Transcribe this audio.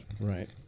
right